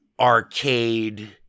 arcade